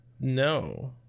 no